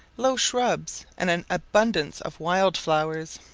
low shrubs, and an abundance of wild flowers.